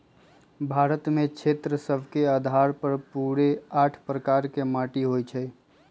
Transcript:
भारत में क्षेत्र सभ के अधार पर पूरे आठ प्रकार के माटि होइ छइ